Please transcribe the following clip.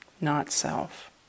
not-self